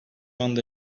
anda